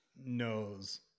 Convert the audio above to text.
knows